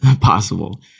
possible